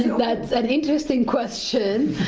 that's an interesting question.